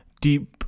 deep